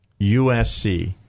USC